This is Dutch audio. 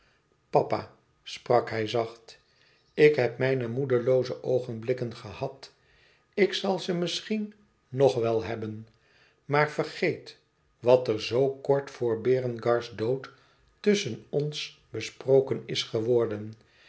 papa sprak hij zacht ik heb mijne moedelooze oogenblikken gehad ik zal ze misschien nog wel hebben maar vergeet wat er zoo kort voor berengars dood tusschen ons besproken is geworden